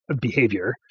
behavior